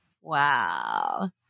Wow